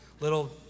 little